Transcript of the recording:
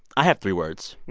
i have three words.